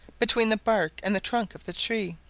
between the bark and the trunk of the tree,